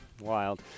Wild